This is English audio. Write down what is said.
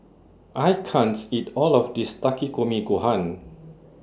I can't eat All of This Takikomi Gohan